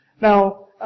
Now